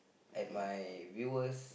and my viewers